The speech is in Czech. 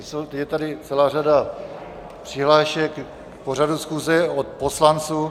Teď je tady celá řada přihlášek k pořadu schůze od poslanců.